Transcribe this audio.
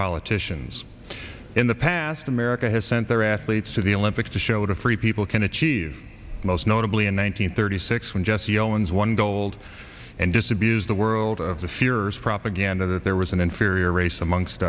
politicians in the past america has sent their athletes to the olympics to show what a free people can achieve most notably in one nine hundred thirty six when jesse owens won gold and disabuse the world of the fierce propaganda that there was an inferior race amongst